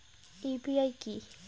UPI কি?